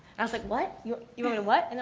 i was like, what? you you want to what? and